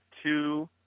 Two